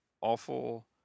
awful